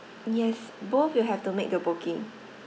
yes both you have to make a booking